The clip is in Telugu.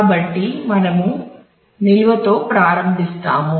కాబట్టి మనము నిల్వతో ప్రారంభిస్తాము